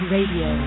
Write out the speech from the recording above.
Radio